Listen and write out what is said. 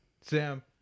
Sam